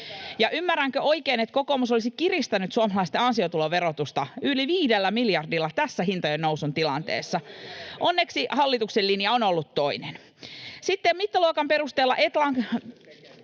ymmärränkö oikein, että kokoomus olisi kiristänyt suomalaisten ansiotuloverotusta yli viidellä miljardilla tässä hintojen nousun tilanteessa? [Ben Zyskowicz: Ymmärrätte väärin! — Välihuutoja